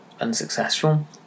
unsuccessful